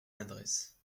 adresse